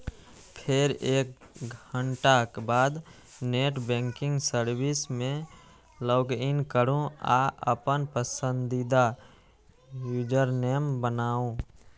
फेर एक घंटाक बाद नेट बैंकिंग सर्विस मे लॉगइन करू आ अपन पसंदीदा यूजरनेम बनाउ